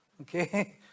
okay